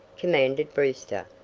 commanded brewster,